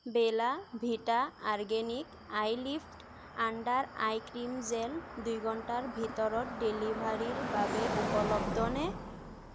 বেলা Vita organic eyelift under eye cream gel দুই ঘণ্টাৰ ভিতৰত ডেলিভাৰীৰ বাবে উপলব্ধ নে